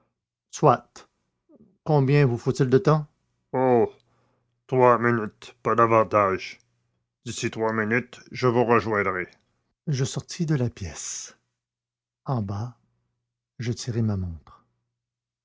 combien vous faut-il de temps oh trois minutes pas davantage d'ici trois minutes je vous rejoindrai je sortis de la pièce en bas je tirai ma montre